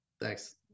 Thanks